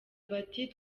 bati